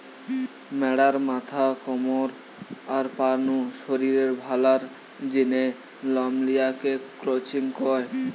ম্যাড়ার মাথা, কমর, আর পা নু শরীরের ভালার জিনে লম লিয়া কে ক্রচিং কয়